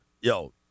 Yo